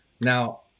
Now